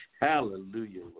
Hallelujah